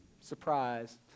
Surprise